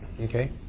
okay